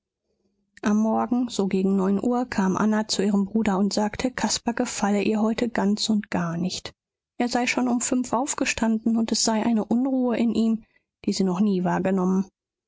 am morgen so gegen neun uhr kam anna zu ihrem bruder und sagte caspar gefalle ihr heute ganz und gar nicht er sei schon um fünf aufgestanden und es sei eine unruhe in ihm die sie noch nie wahrgenommen beim